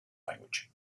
language